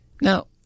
Now